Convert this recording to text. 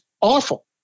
awful